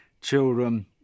children